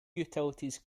utilities